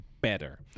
better